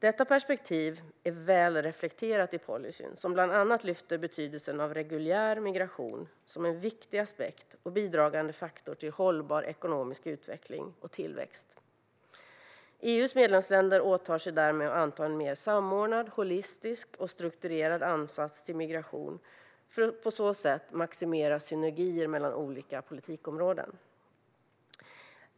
Detta perspektiv är väl reflekterat i policyn, som bland annat lyfter fram betydelsen av reguljär migration som en viktig aspekt och en bidragande faktor till hållbar ekonomisk utveckling och tillväxt. EU:s medlemsländer åtar sig därmed att göra en mer samordnad, holistisk och strukturerad ansats vad gäller migration för att på så sätt maximera synergier mellan olika politikområden.